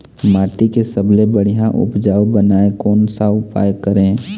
माटी के सबसे बढ़िया उपजाऊ बनाए कोन सा उपाय करें?